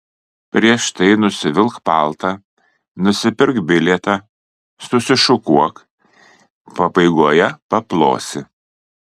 prieš tai nusivilk paltą nusipirk bilietą susišukuok pabaigoje paplosi